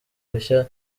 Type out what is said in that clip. rushya